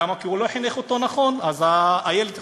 למה, כי הוא לא חינך אותו נכון, אז הילד חוצפן,